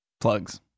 Plugs